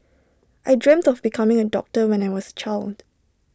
I dreamt of becoming A doctor when I was A child